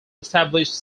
established